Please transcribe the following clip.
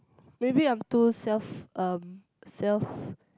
maybe I'm too self um self